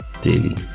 daily